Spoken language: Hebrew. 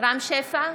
רם שפע,